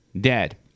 dead